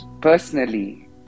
personally